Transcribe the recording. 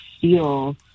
feel